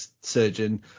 Surgeon